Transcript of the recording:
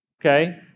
okay